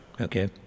okay